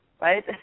right